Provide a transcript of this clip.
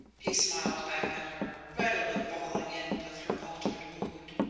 he smiled back at her, readily falling in with her altered mood.